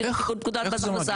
בפקודת מס הכנסה?